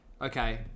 okay